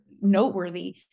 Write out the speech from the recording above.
noteworthy